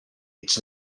its